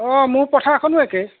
অ মোৰ পথাৰখনো একে